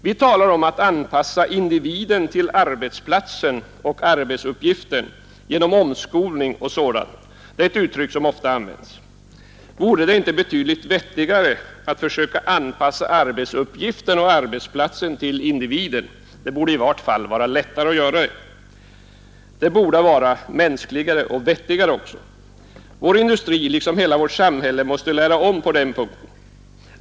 Vi talar om att anpassa individen till arbetsplatsen och arbetsuppgifterna genom omskolning och liknande. Det är ett uttryck som ofta används. Vore det inte betydligt vettigare att anpassa arbetsuppgifterna och arbetsplatserna till individen? Det borde i varje fall vara lättare. Det borde också vara både mänskligare och vettigare. Vår industri liksom hela vårt samhälle måste lära om på den punkten.